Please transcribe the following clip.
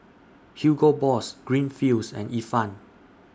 Hugo Boss Greenfields and Ifan